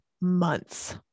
months